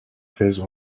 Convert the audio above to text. phase